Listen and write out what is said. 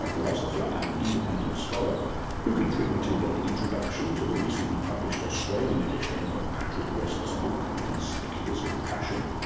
ah philosopher and independent scholar who contributed an introduction to the recently published australian edition of patrick west's book conspicuous compassion.